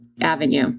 avenue